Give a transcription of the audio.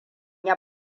ya